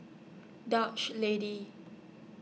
Dutch Lady